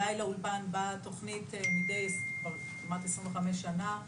אלי לאולפן באה תכנית כבר כמעט 25 שנה,